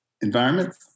environments